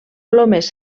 plomes